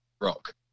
rock